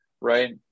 right